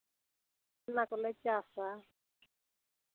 ᱪᱷᱚᱞᱟ ᱠᱚᱞᱮ ᱪᱟᱥᱟ